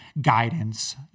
guidance